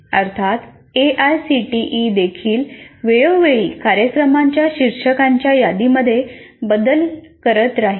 अर्थात एआयसीटीई देखील वेळोवेळी कार्यक्रमाच्या शीर्षकांच्या यादीमध्ये बदल करत राहील